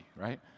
right